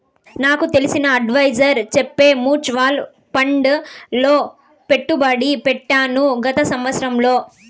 నాకు తెలిసిన అడ్వైసర్ చెప్తే మూచువాల్ ఫండ్ లో పెట్టుబడి పెట్టాను గత సంవత్సరంలో